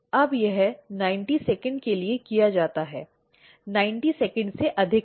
अब यह 90 सेकंड के लिए किया जाता है 90 सेकंड से अधिक नहीं